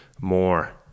more